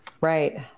Right